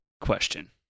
question